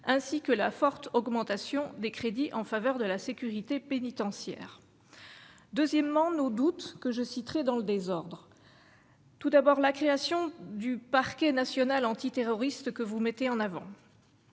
ainsi que la forte augmentation des crédits en faveur de la sécurité pénitentiaire deuxièmement nos doutes que je citerai dans le désordre : tout d'abord la création du Parquet national antiterroriste que vous mettez en avant.